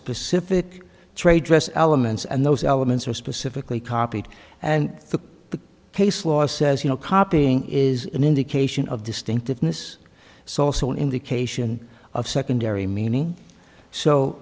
specific trade dress elements and those elements are specifically copied and the case law says you know copying is an indication of distinctiveness so so an indication of secondary meaning so